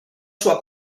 sua